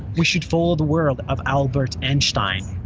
we should follow the world of albert einstein,